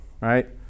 right